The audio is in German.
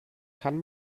kann